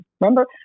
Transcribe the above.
remember